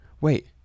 wait